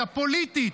הפוליטית,